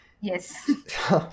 Yes